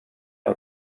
out